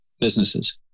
businesses